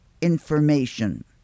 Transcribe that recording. information